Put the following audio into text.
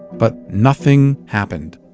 but nothing happened.